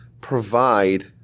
provide